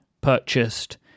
purchased